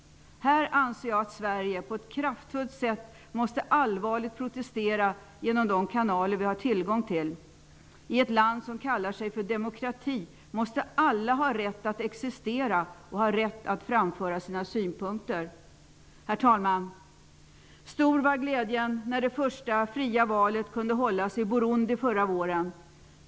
Här anser jag att Sverige på ett kraftfullt sätt måste allvarligt protestera genom de kanaler vi har tillgång till. I ett land som kallar sig för demokrati måste alla ha rätt att existera och ha rätt att framföra sina synpunkter. Herr talman! Stor var glädjen när det första fria valet kunde hållas i Burundi förra våren.